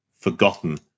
forgotten